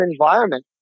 environment